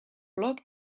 block